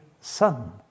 son